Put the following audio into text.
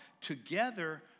together